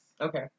Okay